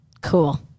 cool